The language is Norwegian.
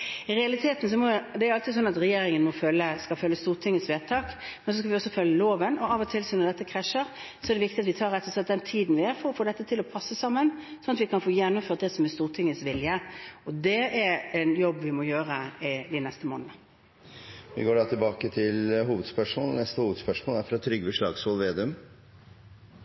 i dag, finner ikke vi det rommet. Det er alltid slik at regjeringen skal følge Stortingets vedtak, men vi skal også følge loven. Og av og til når dette krasjer, er det viktig at vi rett og slett tar den tiden det tar for å få dette til å passe sammen, slik at vi kan få gjennomført det som er Stortingets vilje. Og det er en jobb vi må gjøre de neste månedene. Vi går videre til neste hovedspørsmål.